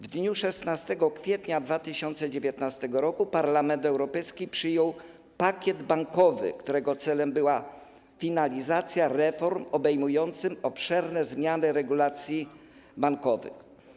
W dniu 16 kwietnia 2019 r. Parlament Europejski przyjął pakiet bankowy, którego celem była finalizacja reform obejmujących obszerne zmiany regulacji bankowych.